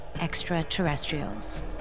extraterrestrials